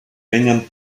ringen